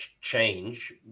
change